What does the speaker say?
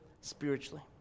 spiritually